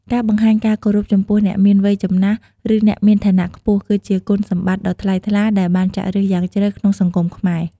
ការបង្ហាញការគោរពចំពោះអ្នកមានវ័យចំណាស់ ឬអ្នកមានឋានៈខ្ពស់ គឺជាគុណសម្បត្តិដ៏ថ្លៃថ្លាដែលបានចាក់ឫសយ៉ាងជ្រៅក្នុងសង្គមខ្មែរ។